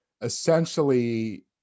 essentially